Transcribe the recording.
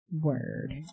word